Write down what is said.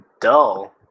dull